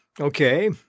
Okay